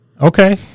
okay